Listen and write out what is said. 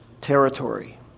territory